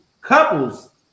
couples